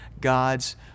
God's